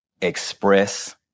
express